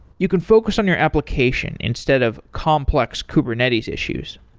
you can focus on your application instead of complex kubernetes issues.